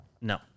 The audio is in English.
No